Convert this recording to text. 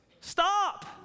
stop